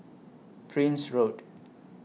Prince Road